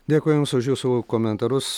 dėkoju jums už jūsų komentarus